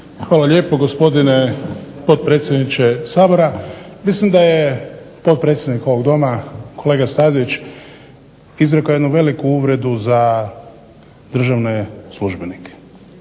Hvala lijepo potpredsjedniče Sabora. Mislim da je potpredsjednik ovog Doma kolega Stazić izrekao jednu veliku uvredu za državne službenike.